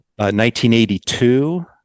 1982